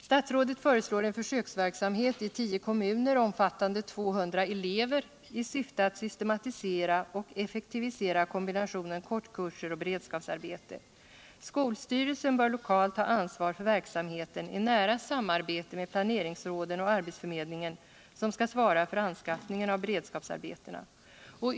Statsrådet föreslår en försöksverksamhet i tio kommuner omfattande 200 elever i syfte att systematisera och effektivisera kombinationen kortkurser och beredskapsarbete. Skolstyrelsen bör lokalt ha ansvar för verksamheten i nära samarbete med planeringsråden och arbetsförmedlingen som skall svara för anskaffningen av beredskapsarbeten.